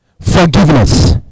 forgiveness